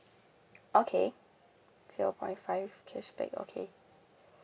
okay zero point five cashback okay